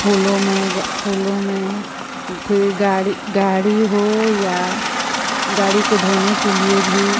फूलों में ग फूलों में फिर गाड़ी गाड़ी हो या गाड़ी को धोने के लिए भी